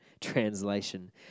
Translation